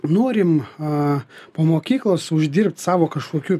norim a po mokyklos uždirbt savo kažkokių